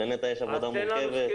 בנת"ע יש עבודה מורכבת,